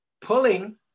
pulling